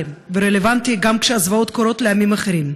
ורלוונטי גם כשהזוועות קורות לעמים אחרים.